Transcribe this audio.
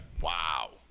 Wow